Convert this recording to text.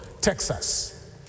Texas